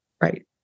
right